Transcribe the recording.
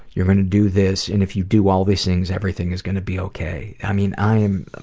you're going to do this, and if you do all these things, everything is going to be ok. i mean, i am,